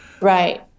Right